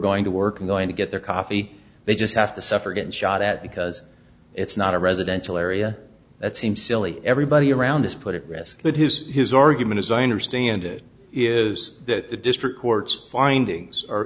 going to work in going to get their coffee they just have to suffer getting shot at because it's not a residential area that seems silly everybody around us put it rescued his his argument as i understand it is that the district court's findings